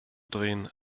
drehen